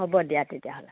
হ'ব দিয়া তেতিয়াহ'লে